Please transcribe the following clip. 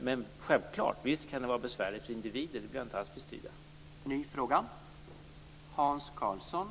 Men självfallet kan detta vara besvärligt för individen - det vill jag inte alls bestrida.